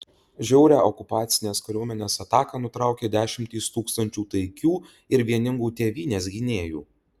žiaurią okupacinės kariuomenės ataką nutraukė dešimtys tūkstančių taikių ir vieningų tėvynės gynėjų